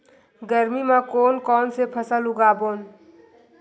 गरमी मा कोन कौन से फसल उगाबोन?